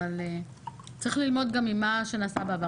אבל צריך ללמוד גם ממה שנעשה בעבר.